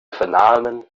vernahmen